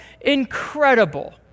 incredible